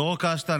דרור קשטן,